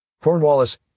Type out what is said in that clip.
Cornwallis